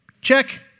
Check